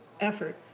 effort